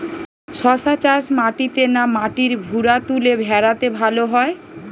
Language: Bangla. শশা চাষ মাটিতে না মাটির ভুরাতুলে ভেরাতে ভালো হয়?